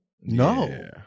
No